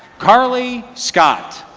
carly scott.